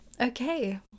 Okay